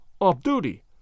off-duty